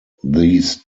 these